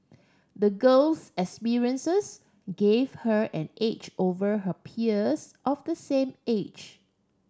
the girl's experiences gave her an edge over her peers of the same age